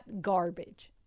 garbage